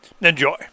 Enjoy